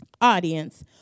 audience